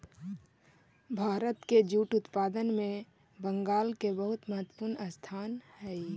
भारत के जूट उत्पादन में बंगाल के बहुत महत्त्वपूर्ण स्थान हई